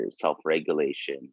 self-regulation